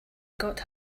got